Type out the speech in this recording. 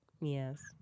Yes